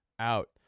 out